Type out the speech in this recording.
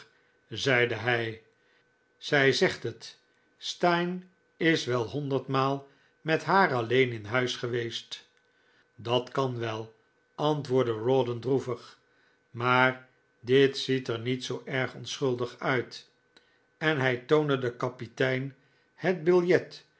zeide hij zij zegt het steyne is wel honderdmaal met haar alleen in huis geweest dat kan wel antwoordde rawdon droevig maar dit ziet er niet zoo erg onschuldig uit en hij toonde den kapitein het biljet